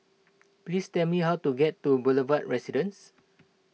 please tell me how to get to Boulevard Residence